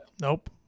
Nope